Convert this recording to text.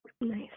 Nice